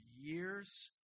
years